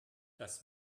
das